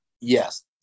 Yes